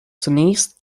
zunächst